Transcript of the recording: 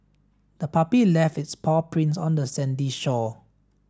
the puppy left its paw prints on the sandy shore